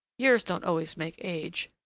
years don't always make age.